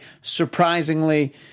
surprisingly